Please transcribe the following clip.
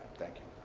thank you.